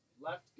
Left